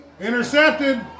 Intercepted